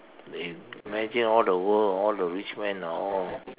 if imagine all the world all the rich man are all